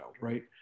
right